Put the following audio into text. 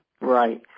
Right